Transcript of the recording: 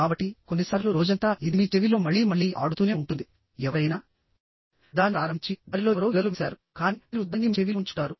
కాబట్టి కొన్నిసార్లు రోజంతా ఇది మీ చెవిలో మళ్లీ మళ్లీ ఆడుతూనే ఉంటుంది ఎవరైనా దాన్ని ప్రారంభించి దారిలో ఎవరో ఈలలు వేశారు కానీ మీరు దానిని మీ చెవిలో ఉంచుకుంటారు